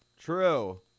true